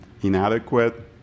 inadequate